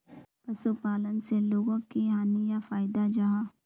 पशुपालन से लोगोक की हानि या फायदा जाहा?